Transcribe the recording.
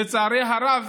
לצערי הרב